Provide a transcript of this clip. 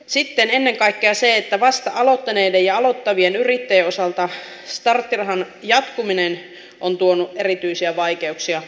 sitten ennen kaikkea vasta aloittaneiden ja aloittavien yrittäjien osalta starttirahan jatkuminen on tuonut erityisiä vaikeuksia